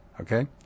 Okay